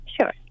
Sure